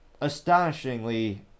astonishingly